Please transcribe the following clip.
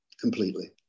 Completely